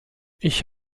ich